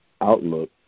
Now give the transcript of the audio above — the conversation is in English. outlook